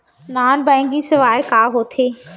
Non banking सेवाएं का होथे?